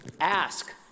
Ask